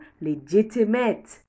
legitimate